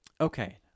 okay